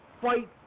fight